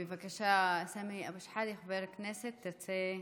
בבקשה, סמי אבו שחאדה, חבר הכנסת, תרצה?